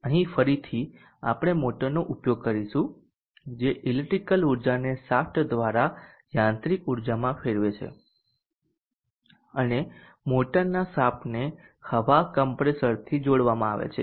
અહીં ફરીથી આપણે મોટરનો ઉપયોગ કરીશું જે ઈલેક્ટ્રીકલ ઉર્જાને શાફ્ટ પર યાંત્રિક ઉર્જામાં ફેરવે છે અને મોટરના શાફ્ટને હવા કમ્પ્રેસરથી જોડવામાં આવે છે